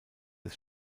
des